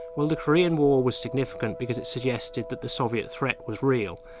well the korean war was significant because it suggested that the soviet threat was real.